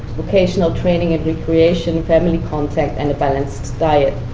vocational training and recreation, family contact, and a balanced diet.